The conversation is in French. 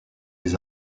des